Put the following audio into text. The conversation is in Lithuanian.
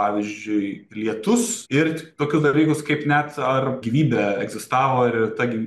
pavyzdžiui lietus ir tokių dalykus kaip net ar gyvybė egzistavo ir ta